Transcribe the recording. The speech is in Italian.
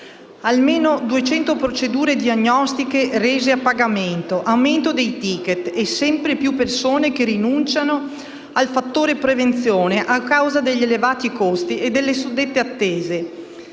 Oltre 200 procedure diagnostiche rese a pagamento, aumento dei *ticket* e sempre più persone che rinunciano al fattore prevenzione a causa degli elevati costi e delle suddette attese: